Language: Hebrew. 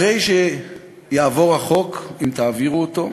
אחרי שיועבר החוק, אם תעבירו אותו,